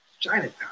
Chinatown